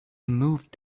moved